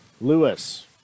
Lewis